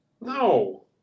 No